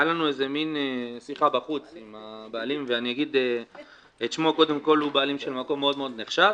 הייתה לנו שיחה בחוץ עם בעלים של מקום מאוד מאוד נחשב,